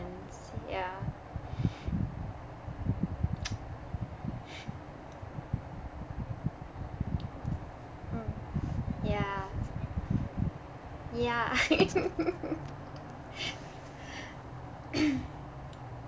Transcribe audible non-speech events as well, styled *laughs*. ya *noise* mm ya ya *laughs* *coughs*